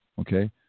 Okay